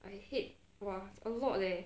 I hate !wah! a lot leh